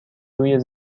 روی